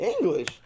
English